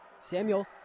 Samuel